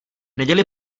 neděli